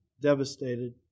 devastated